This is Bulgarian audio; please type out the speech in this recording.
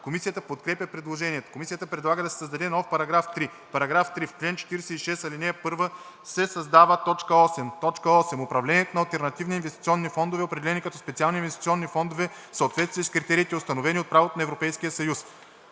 Комисията подкрепя предложението. Комисията предлага да се създаде нов § 3: „§ 3. В чл. 46, ал. 1 се създава т. 8: „8. управлението на алтернативни инвестиционни фондове, определени като специални инвестиционни фондове в съответствие с критериите, установени от правото на Европейския съюз.“